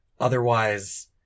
Otherwise